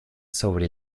sobre